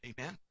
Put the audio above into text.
Amen